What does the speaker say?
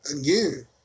Again